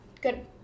good